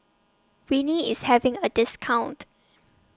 Rene IS having A discount